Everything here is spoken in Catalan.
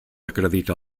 acredita